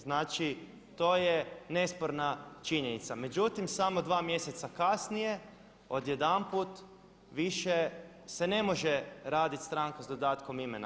Znači to je nesporna činjenica, međutim samo dva mjeseca kasnije odjedanput više se ne može raditi stranka s dodatkom imena.